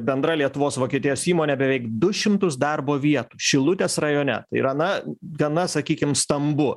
bendra lietuvos vokietijos įmonė beveik du šimtus darbo vietų šilutės rajone tai yra na gana sakykim stambu